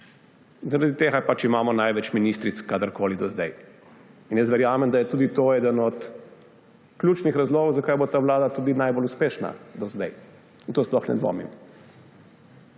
tega imamo največ ministric kadarkoli do sedaj. In jaz verjamem, da je tudi to eden ključnih razlogov, zakaj bo ta vlada tudi najbolj uspešna do zdaj. V to sploh ne dvomim.